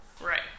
Right